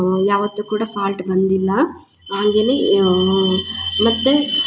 ಯಾವತ್ತು ಕೂಡ ಫಾಲ್ಟ್ ಬಂದಿಲ್ಲ ಹಂಗೇನೆ ಯಾ ಮತ್ತು